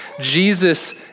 Jesus